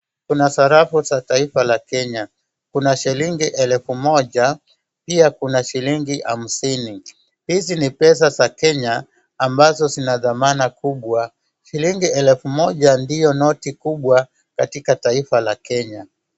Kuna sarafu za taifa la Kenya. Kuna shilingi elfu moja pia kuna shilingi hamsini. Hizi ni pesa za Kenya ambazo zina dhamana kubwa. Shilingi elfu moja ndiyo noti kubwa katika taifa la Kenya.